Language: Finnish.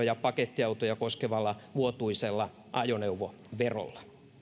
ja pakettiautoja koskevalla vuotuisella ajoneuvoverolla